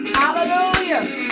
hallelujah